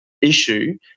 issue